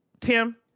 Tim